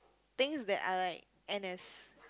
things that are like N_S